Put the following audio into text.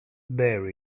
bear